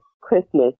Christmas